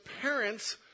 parents